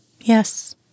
Yes